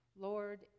Lord